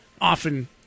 often